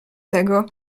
tego